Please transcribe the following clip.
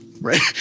right